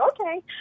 okay